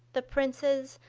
the princes,